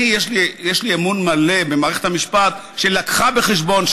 יש לי אמון מלא במערכת המשפט שהביאה בחשבון,